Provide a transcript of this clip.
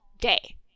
day